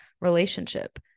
relationship